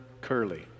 Curley